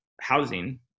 housing